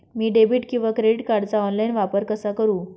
मी debit किंवा credit कार्डचा online वापर कसा करु?